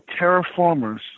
Terraformers